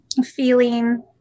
feeling